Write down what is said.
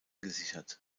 gesichert